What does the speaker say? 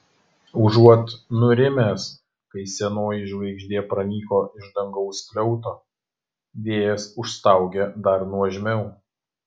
užuot nurimęs kai senoji žvaigždė pranyko iš dangaus skliauto vėjas užstaugė dar nuožmiau